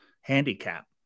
handicap